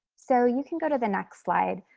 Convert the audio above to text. so you can go to the next slide.